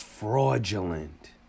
Fraudulent